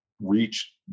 reach